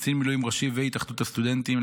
קצין מילואים ראשי והתאחדות הסטודנטים,